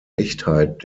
echtheit